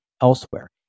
elsewhere